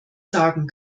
sagen